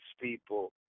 people